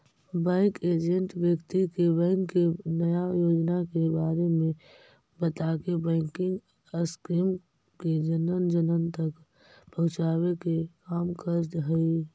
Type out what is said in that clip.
bank agent व्यक्ति के bank के नया योजना के बारे में बताके बैंकिंग स्कीम के जन जन तक पहुंचावे के काम करऽ हइ